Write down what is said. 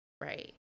right